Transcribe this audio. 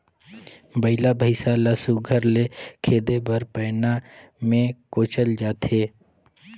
बइला भइसा ल सुग्घर ले खेदे बर पैना मे कोचल जाथे